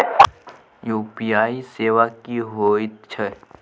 UPI सेवा की होयत छै?